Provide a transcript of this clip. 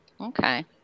Okay